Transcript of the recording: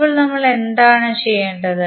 ഇപ്പോൾ നമ്മൾ എന്താണ് ചെയ്യേണ്ടത്